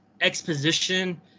exposition